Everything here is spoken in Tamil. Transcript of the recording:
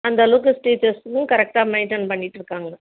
அந்த அளவுக்கு டீச்சர்ஸ்ஸும் கரெக்டா மெயின்டேன் பண்ணிட்டுருக்காங்க